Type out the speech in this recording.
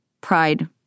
pride